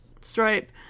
stripe